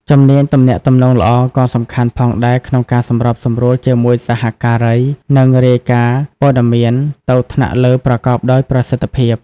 ជំនាញទំនាក់ទំនងល្អក៏សំខាន់ផងដែរក្នុងការសម្របសម្រួលជាមួយសហការី និងរាយការណ៍ព័ត៌មានទៅថ្នាក់លើប្រកបដោយប្រសិទ្ធភាព។